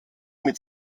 mit